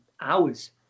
hours